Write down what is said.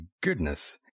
goodness